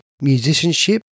musicianship